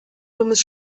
dummes